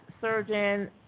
surgeon